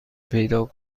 پیدا